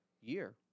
year